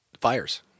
fires